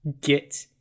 get